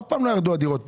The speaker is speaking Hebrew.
אף פעם לא ירדו הדירות פה.